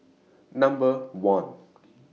Number one